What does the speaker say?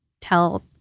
tell